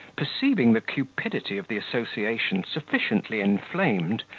perceiving the cupidity of the association sufficiently inflamed,